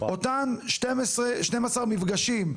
אותם 12 מפגשים,